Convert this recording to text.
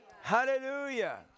Hallelujah